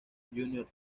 junior